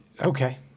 Okay